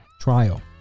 trial